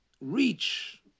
reach